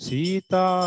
Sita